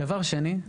דבר שני,